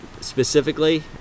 specifically